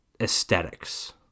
aesthetics